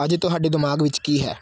ਅੱਜ ਤੁਹਾਡੇ ਦਿਮਾਗ ਵਿੱਚ ਕੀ ਹੈ